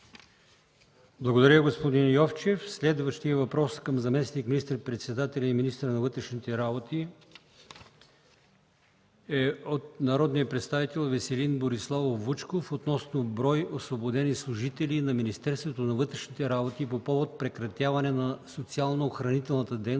Благодаря Ви, господин Йовчев. Следващият въпрос към заместник министър-председателя и министър на вътрешните работи е от народния представител Веселин Бориславов Вучков относно броя освободени служители на Министерството на вътрешните работи по повод прекратяване на „Сигнално-охранителната